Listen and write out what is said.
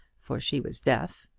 for she was deaf.